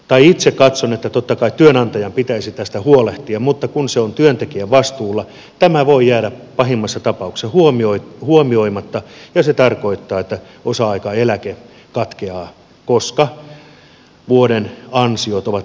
ja itse katson että totta kai työnantajan pitäisi tästä huolehtia mutta kun se on työntekijän vastuulla tämä voi jäädä pahimmassa tapauksessa huomioimatta ja se tarkoittaa että osa aikaeläke katkeaa koska vuoden ansiot ovat liian suuret